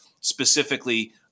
specifically